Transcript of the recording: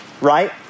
Right